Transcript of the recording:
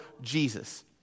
Jesus